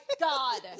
God